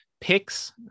picks